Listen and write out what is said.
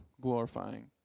glorifying